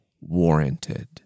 warranted